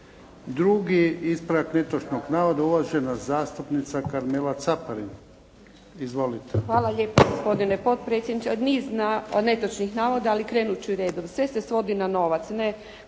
Drugi ispravak netočnog navoda uvažena zastupnica Karmela Caparin. Izvolite.